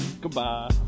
goodbye